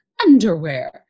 underwear